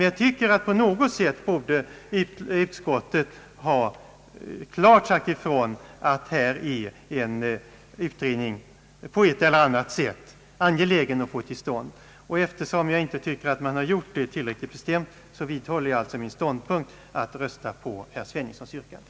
Jag tycker att utskottet på något sätt klart borde sagt ifrån att detta är en utredning som det är angeläget att få till stånd. Eftersom jag inte anser att detta har gjorts på ett tillräckligt bestämt sätt vidhåller jag min ståndpunkt och röstar alltså för bifall till herr Sveningssons yrkande.